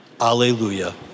Alleluia